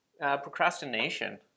procrastination